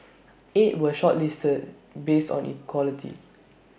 eight were shortlisted based on equality